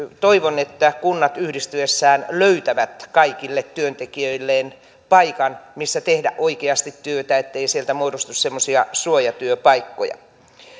toivon että kunnat yhdistyessään löytävät kaikille työntekijöilleen paikan missä tehdä oikeasti työtä ettei sieltä muodostu semmoisia suojatyöpaikkoja